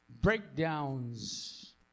breakdowns